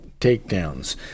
takedowns